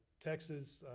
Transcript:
texas